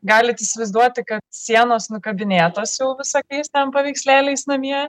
galit įsivaizduoti kad sienos nukabinėtos visokiais ten paveikslėliais namie